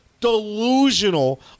delusional